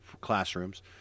classrooms